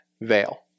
veil